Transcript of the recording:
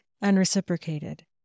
unreciprocated